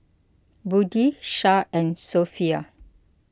Budi Shah and Sofea